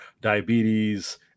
diabetes